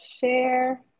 share